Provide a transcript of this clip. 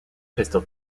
pistol